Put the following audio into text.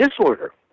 disorder